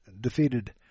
defeated